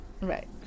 Right